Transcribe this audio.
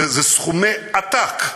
זה סכומי עתק,